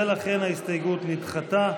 ולכן ההסתייגות נדחתה.